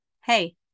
hey